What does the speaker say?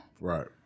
Right